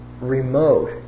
remote